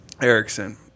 Erickson